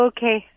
Okay